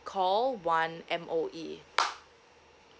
call one M_O_E